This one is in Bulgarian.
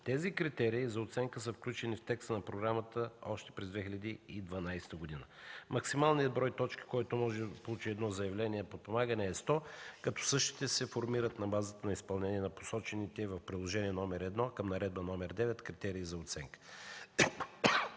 Тези критерии за оценка са включени в текста на програмата още през 2012 г. Максималният брой точки, който може да получи едно заявление за подпомагане, е 100, като същите се формират на базата на изпълнение на посочените и в Приложение № 1 към Наредба № 9 критерии за оценка.